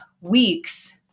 weeks